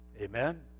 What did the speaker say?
Amen